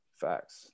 Facts